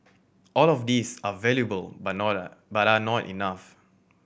all of these are valuable but not are but are not enough